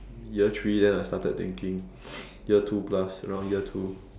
year three then I started thinking year two plus around year two